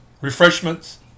refreshments